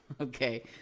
okay